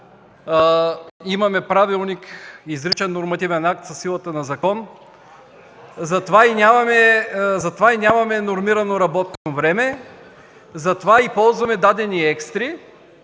Имаме правилник – изричен нормативен акт със силата на закон, затова и нямаме нормирано работно време, затова и ползваме дадени екстри,